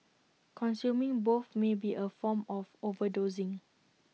consuming both may be A form of overdosing